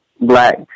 black